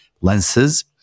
lenses